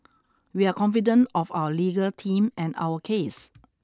we are confident of our legal team and our case